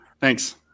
Thanks